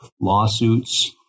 lawsuits